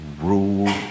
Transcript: rule